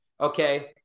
okay